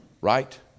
Right